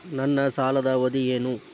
ನನ್ನ ಸಾಲದ ಅವಧಿ ಏನು?